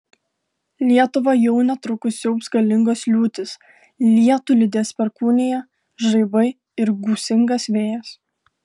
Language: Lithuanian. lietuvą jau netrukus siaubs galingos liūtys lietų lydės perkūnija žaibai ir gūsingas vėjas